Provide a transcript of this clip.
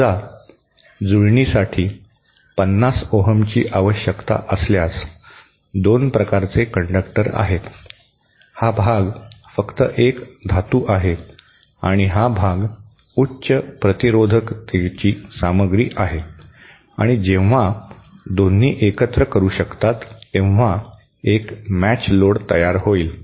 समजा जुळणीसाठी 50 ओहमची आवश्यकता असल्यास दोन प्रकारचे कंडक्टर आहेत हा भाग फक्त एक धातू आहे आणि हा भाग उच्च प्रतिरोधकतेची सामग्री आहे आणि जेव्हा दोन्ही एकत्र करू शकतात तेव्हा एक मॅच लोड तयार होईल